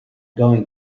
going